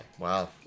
Wow